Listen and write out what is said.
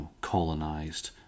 colonized